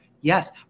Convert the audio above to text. Yes